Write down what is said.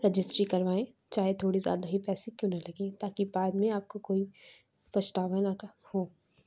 registry کروائیں چاہے تھوڑی زیادہ ہی پیسے کیوں نہ لگیں تا کہ بعد میں آپ کو کوئی پچھتاوا نہ کا ہو